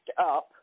up